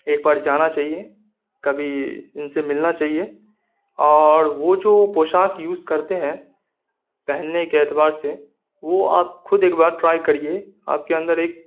ایک بار جانا چاہیے کبھی ان سے ملنا چاہیے اور وہ جو پوشاک یوز کرتے ہیں پہننے کے اعتبار سے وہ آپ خود ایک بار ٹرائی